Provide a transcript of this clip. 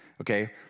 Okay